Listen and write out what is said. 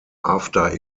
after